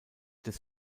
des